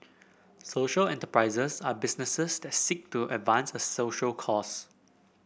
social enterprises are businesses that seek to advance a social cause